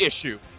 issue